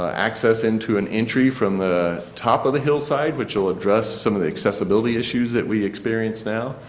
access into an entry from the top of the hillside which will address some of the accessibility issues that we experience now.